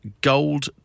gold